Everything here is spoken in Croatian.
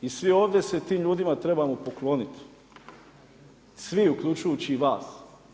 I svi ovdje se tim ljudima trebamo pokloniti, svi uključujući i vas.